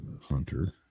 Hunter